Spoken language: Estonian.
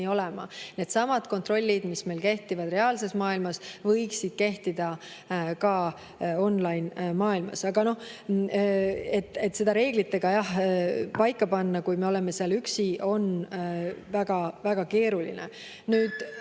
olema. Needsamad kontrollid, mis meil kehtivad reaalses maailmas, võiksid kehtida kaonline-maailmas. Seda reeglitega paika panna, kui me oleme seal üksi, on väga keeruline.